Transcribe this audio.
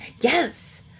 Yes